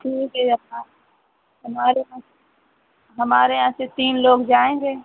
ठीक है अपना हमारे यहाँ हमारे यहाँ से तीन लोग जाएँगे